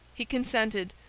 he consented,